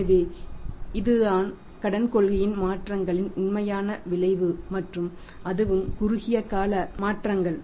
எனவே இது தான் கடன் கொள்கையில் மாற்றங்களின் உண்மையான விளைவு மற்றும் அதுவும் குறுகிய கால மாற்றங்கள்